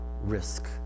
risk